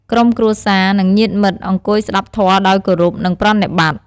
ក្រុមគ្រួសារ និងញាតិមិត្តអង្គុយស្ដាប់ធម៌ដោយគោរព និងប្រណិប័តន៍។